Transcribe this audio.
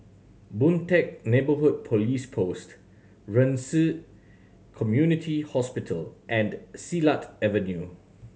Boon Teck Neighbourhood Police Post Ren Ci Community Hospital and Silat Avenue